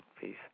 Peace